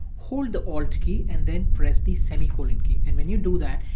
hold the alt key and then press the semi-colon key. and when you do that,